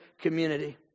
community